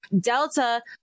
Delta